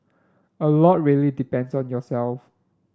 a lot really depends on yourself